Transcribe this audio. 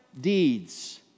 deeds